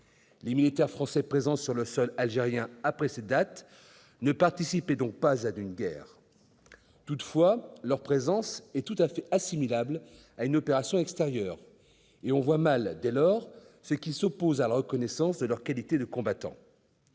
Les militaires français présents sur le sol algérien après cette date ne participaient donc pas à une guerre. Toutefois, leur présence est tout à fait assimilable à une opération extérieure. Dès lors, on voit mal ce qui s'oppose à la reconnaissance de leur qualité de combattant.